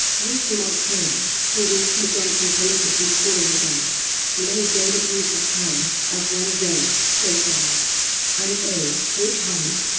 rees-mogg claims, to weaken johnson politically calling it a low-grade abuse of power as well as a show trial and a witch hunt.